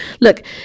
look